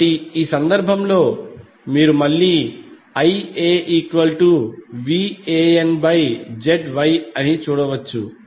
కాబట్టి ఈ సందర్భంలో మీరు మళ్ళీ IaVanZY అని చూడవచ్చు